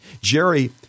Jerry